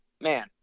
man